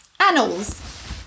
Annals